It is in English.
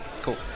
Cool